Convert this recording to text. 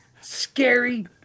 scary